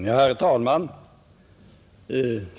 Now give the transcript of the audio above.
Herr talman!